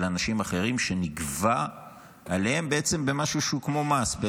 אנשים אחרים שנגבה בעצם במשהו שהוא כמו מס,